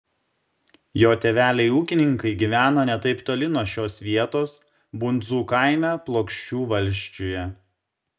jo tėveliai ūkininkai gyveno ne taip toli nuo šios vietos bundzų kaime plokščių valsčiuje